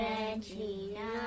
Regina